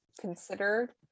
considered